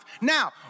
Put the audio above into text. Now